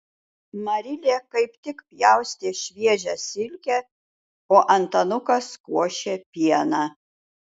marilė kaip tik pjaustė šviežią silkę o antanukas košė pieną